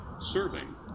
serving